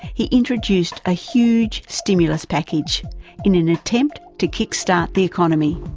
he introduced a huge stimulus package in an attempt to kick start the economy.